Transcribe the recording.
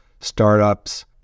startups